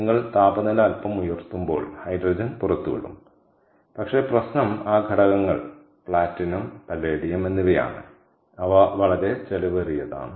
നിങ്ങൾ താപനില അൽപ്പം ഉയർത്തുമ്പോൾ ഹൈഡ്രജൻ പുറത്തുവിടും പക്ഷേ പ്രശ്നം ആ ഘടകങ്ങൾ പ്ലാറ്റിനം പലേഡിയം എന്നിവയാണ് അവ വളരെ ചെലവേറിയതാണ്